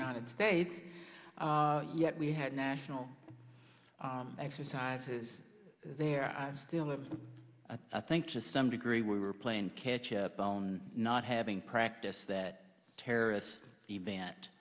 united states yet we had national exercises there i still live i think to some degree we were playing catch up bone not having practiced that terrorist event